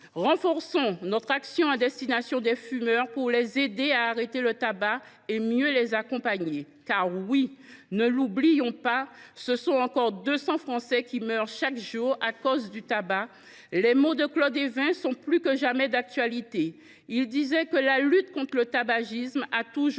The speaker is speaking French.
Renforçons notre action à destination des fumeurs pour les aider à arrêter le tabac et mieux les accompagner, car, ne l’oublions pas, ce sont encore 200 Français qui meurent chaque jour à cause du tabac. Les mots de Claude Évin sont plus que jamais d’actualité : la lutte contre le tabagisme « a toujours eu